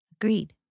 Agreed